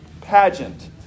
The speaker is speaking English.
pageant